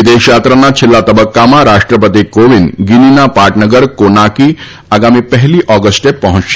વિદેશયાત્રાના છેલ્લા તબક્કામાં રાષ્ટ્રપતિ કોવિંદ ગીનીના પાટનગર કોનાકી આગામી પહેલી ઓગસ્ટે પહોંચશે